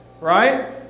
right